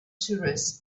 tourists